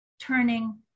turning